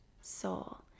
soul